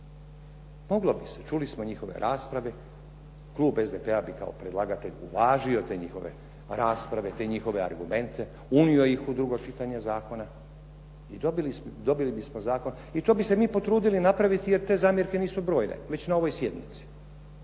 Moglo bi se. Čuli smo njihove rasprave. Klub SDP-a bi kao predlagatelj uvažio te njihove rasprave, te njihove argumente, unio ih u drugo čitanje zakona i dobili bismo zakon. I to bismo se mi potrudili napraviti jer te zamjerke nisu brojne već na ovoj sjednici.